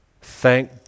Thank